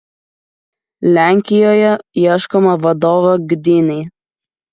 lenkijoje ieškoma vadovo gdynei